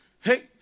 hey